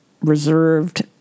reserved